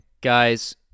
Guys